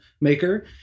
maker